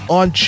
on